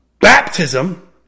Baptism